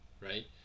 right